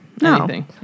No